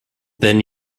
then